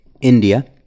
India